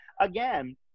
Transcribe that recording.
again